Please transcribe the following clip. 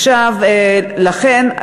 לכן,